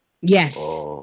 yes